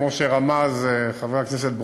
כמו שרמז חבר הכנסת ברושי,